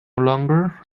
longer